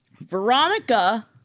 Veronica